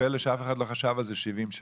שפלא שאף אחד לא חשב על זה 70 שנה.